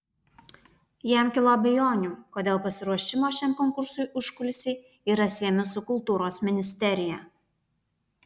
jam kilo abejonių kodėl pasiruošimo šiam konkursui užkulisiai yra siejami su kultūros ministerija